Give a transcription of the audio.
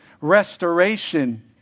Restoration